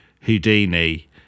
Houdini